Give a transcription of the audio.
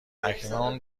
اکنون